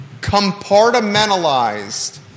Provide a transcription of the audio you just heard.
Compartmentalized